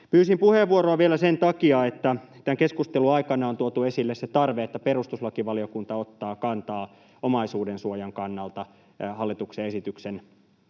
Pyysin puheenvuoroa vielä sen takia, että tämän keskustelun aikana on tuotu esille se tarve, että perustuslakivaliokunta ottaa kantaa omaisuudensuojan kannalta hallituksen esityksen